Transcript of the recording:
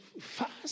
fast